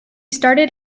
started